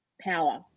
power